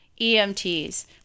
EMTs